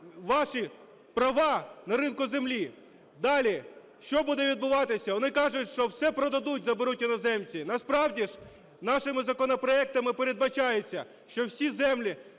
ваші права на ринку землі. Далі що буде відбуватися? Вони кажуть, що все продадуть, заберуть іноземці. Насправді ж, нашими законопроектами передбачається, що всі землі